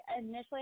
initially